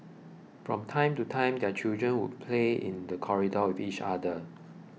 from time to time their children would play in the corridor with each other